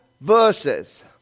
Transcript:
verses